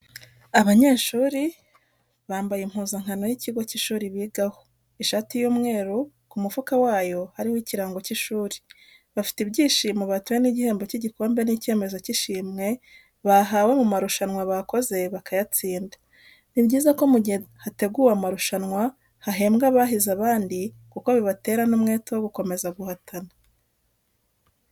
Abanyeshuri bambaye impuzankano y'ikigo cy'ishuri bigaho ishati y'umweru ku mufuka wayo hariho ikirango cy'ishuri, bafite ibyishimo batewe n'igihembo cy'igikombe n'icyemezo cy'ishimwe bahawe mu marushanwa bakoze bakayatsinda. Ni byiza ko mu gihe hateguwe amarusanwa hahembwa abahize abandi kuko bibatera n'umwete wo gukomeza guhatana.